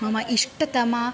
मम इष्टतमा